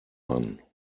one